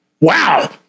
wow